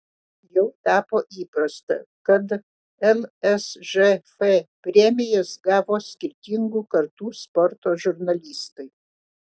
jau tapo įprasta kad lsžf premijas gavo skirtingų kartų sporto žurnalistai